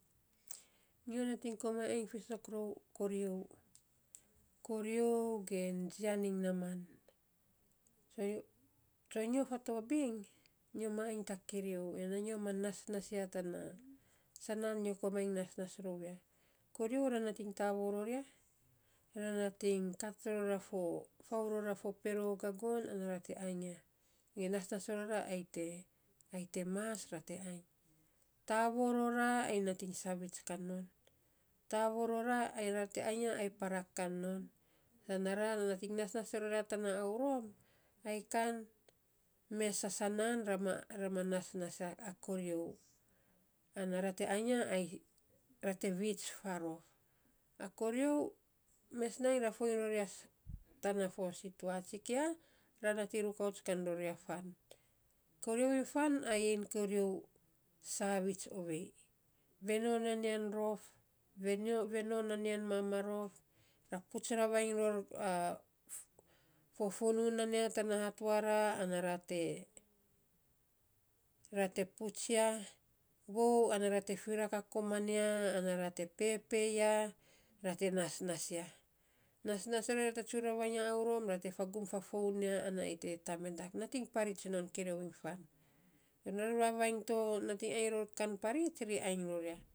Nyo nating komainy ainy fiisok rou korio, korio ge jian iny naaman tsonyo fatabin nyo ma ainy ta kerio ana nyo ma nasnas ya tana sanan nyo komainy nasnas rou ya. Korio na nating ta voo ror ya, ra nating kat a fofau ror a fo pero a gagon ana ra te ainy ya, ge nasnas ror ra ai te ai te mas ra te ainy. Tavoo rora ai nating saviits kam non, tavoo ror a ai ra te ainy ya, ai parak kan non, sana ra nating nasnas ror ria tana aurom, ai kan mes a sanan ra ma nasnas a korio, ana ra te ainy ya ra te veits faarof. A korio mes nainy a ror foiny ror ya tana fo sitoa sikia, ra nating rukauts kain ror ya fan. Korio iny fan a yen korio saviits ovei veno nan yan rof, venio veno nan yan mam rof, puts ravainy ror fo funuu nan ya tan hatwara ana ra te ra te puts ya, vou ana ra te firak a komman ya, ana ra te pepe ya, ra te nasnas ya, nasnas ror ya, ra te tsun ravainy a aurom, ra te fagum fa foun ya, ai te tamedak, nat iny parits non korio iny fan, vavainy to nating ainy ror kan parits ri ainy ror ya.